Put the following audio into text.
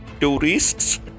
Tourists